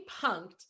punked